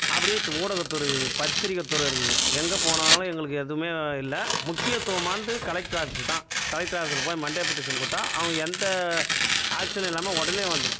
அப்படியே ஊடகத்துறை இருக்குது பத்திரிக்கை துறை இருக்குது எங்கே போனாலும் எங்களுக்கு எதுவுமே இல்லை முக்கியத்துவமானது கலெக்டர் ஆஃபீஸ் தான் கலெக்டர் ஆஃபீஸில் போய் மண்டே பெட்டிஷன் கொடுத்தா அவங்க எந்த ஆக்சன் இல்லாமல் உடனே வந்துடும்